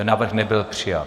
Návrh nebyl přijat.